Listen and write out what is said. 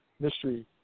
Mystery